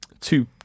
two